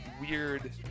weird